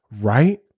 right